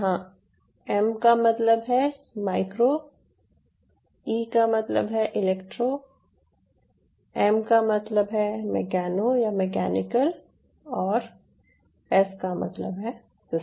जहां एम का मतलब है माइक्रो ई का मतलब है इलेक्ट्रो एम का मतलब है मेकेनो या मेकेनिकल और एस का मतलब है सिस्टम